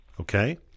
Okay